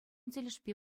тӗлӗшпе